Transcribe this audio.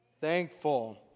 thankful